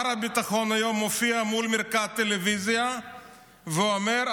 היום שר הביטחון מופיע על מרקע הטלוויזיה ואומר: